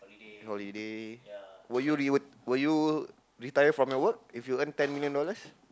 holiday would you re~ would you retire from your work if you earn ten million dollars